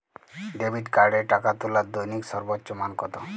Debit কার্ডে টাকা তোলার দৈনিক সর্বোচ্চ মান কতো?